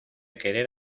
querer